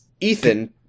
Ethan